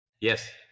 Yes